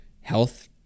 health